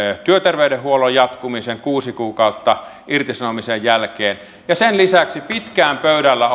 työterveydenhuollon jatkumisen kuusi kuukautta irtisanomisajan jälkeen ja sen lisäksi pitkään pöydällä